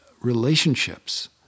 relationships